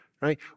right